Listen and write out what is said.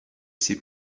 ses